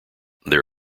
their